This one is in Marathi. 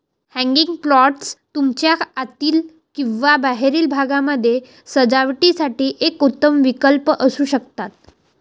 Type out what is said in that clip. हँगिंग प्लांटर्स तुमच्या आतील किंवा बाहेरील भागामध्ये सजावटीसाठी एक उत्तम विकल्प असू शकतात